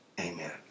amen